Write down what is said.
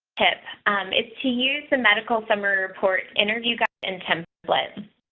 tip is to use the medical summary report interview guide and templates.